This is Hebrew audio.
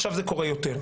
עכשיו זה קורה יותר,